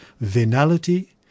venality